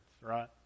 right